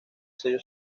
sello